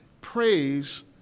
praise